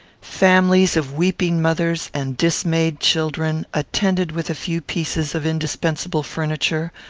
families of weeping mothers and dismayed children, attended with a few pieces of indispensable furniture,